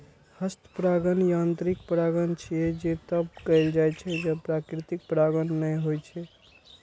हस्त परागण यांत्रिक परागण छियै, जे तब कैल जाइ छै, जब प्राकृतिक परागण नै होइ छै